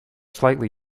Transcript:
slightly